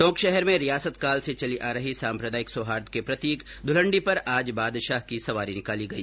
टोंक शहर में रियासत काल से चली आ रही साम्प्रदायिक सौहार्द के प्रतीक ध्र्लंडी पर आज बादशाह की सवारी निकाली गई